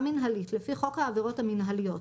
מינהלית לפי חוק העבירות המינהליות,